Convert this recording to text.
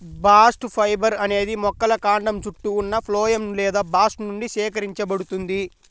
bast fibre అనేది మొక్కల కాండం చుట్టూ ఉన్న ఫ్లోయమ్ లేదా బాస్ట్ నుండి సేకరించబడుతుంది